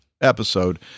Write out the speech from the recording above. episode